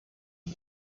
and